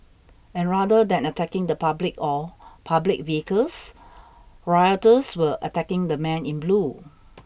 and rather than attacking the public or public vehicles rioters were attacking the men in blue